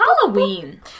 Halloween